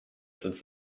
since